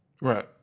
Right